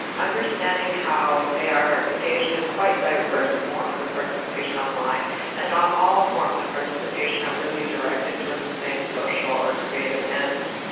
understanding how they are engaged in quite diverse forms of participation online and not all forms of participation are really directed towards the same social or creative ends.